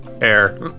air